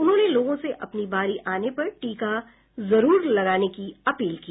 उन्होंने लोगों से अपनी बारी आने पर टीका जरूर लगाने की अपील की